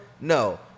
No